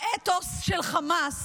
האתוס של חמאס